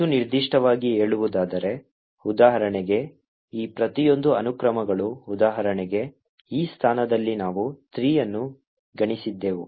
ಹೆಚ್ಚು ನಿರ್ದಿಷ್ಟವಾಗಿ ಹೇಳುವುದಾದರೆ ಉದಾಹರಣೆಗೆ ಈ ಪ್ರತಿಯೊಂದು ಅನುಕ್ರಮಗಳು ಉದಾಹರಣೆಗೆ ಈ ಸ್ಥಾನದಲ್ಲಿ ನಾವು 3 ಅನ್ನು ಗಣಿಸಿದ್ದೆವು